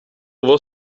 vad